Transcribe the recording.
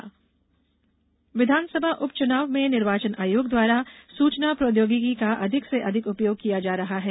उप च्नाव विधानसभा उप चुनाव में निर्वाचन आयोग द्वारा सूचना प्रौद्योगिकी का अधिक से अधिक उपयोग किया जा रहा है